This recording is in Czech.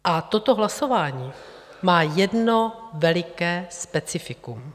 A toto hlasování má jedno veliké specifikum.